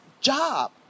job